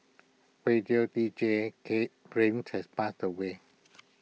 radio deejay Kate Reyes had passed away